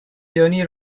johnny